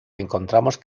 encontramos